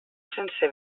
sense